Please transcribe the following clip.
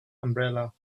umbrella